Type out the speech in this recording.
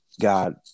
God